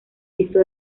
visto